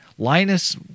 Linus